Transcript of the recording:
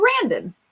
Brandon